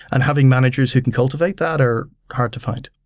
and having managers who can cultivate that are hard to find.